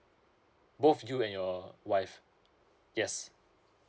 both you and your wife yes